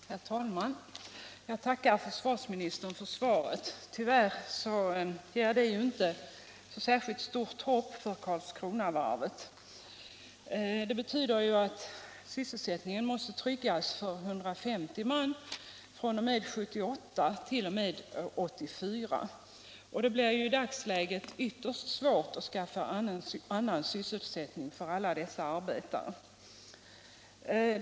Nr 48 Herr talman! Jag tackar försvarsministen för svaret. Torsdagen den Tyvärr ger svaret inte så särskilt stort hopp för Karlskronavarvet. Detta 16 december 1976 betyder att sysselsättningen måste tryggas för 150 man fr.o.m. 1978. I t.o.m. 1984. I dagsläget blir det ytterst svårt att skaffa annan syssel Om tidpunkten för sättning för alla dessa arbetare.